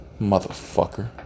Motherfucker